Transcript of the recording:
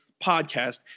podcast